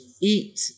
Eat